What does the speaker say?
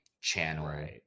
channel